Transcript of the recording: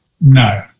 No